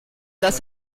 das